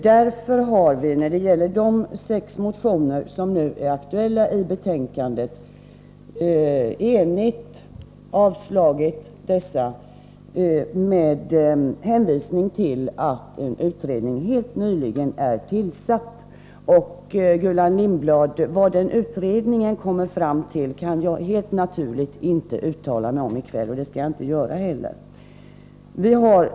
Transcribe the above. Därför har vi enhälligt avstyrkt fem av de sex motioner som nu är aktuella — med hänvisning till att en utredning helt nyligen är tillsatt. Vad den utredningen kommer fram till kan jag helt naturligt inte uttala mig om i kväll, Gullan Lindblad, och jag skall inte heller försöka göra det.